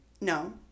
no